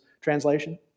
translation